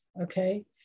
Okay